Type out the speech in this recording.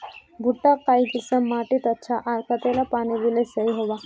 भुट्टा काई किसम माटित अच्छा, आर कतेला पानी दिले सही होवा?